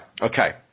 okay